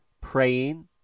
praying